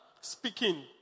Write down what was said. speaking